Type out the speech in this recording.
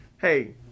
hey